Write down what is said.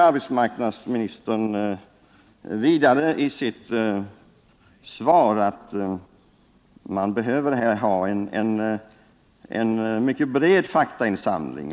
Arbetsmarknadsministern säger i svaret att man här behöver ha en mycket bred faktainsamling.